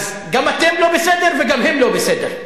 אז גם אתם לא בסדר וגם הם לא בסדר.